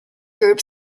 group